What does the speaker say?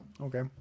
Okay